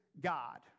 God